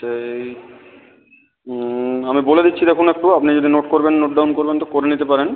আচ্ছা এই আমি বলে দিচ্ছি দেখুন একটু আপনি যদি নোট করবেন নোট ডাউন করবেন তো করে নিতে পারেন